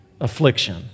affliction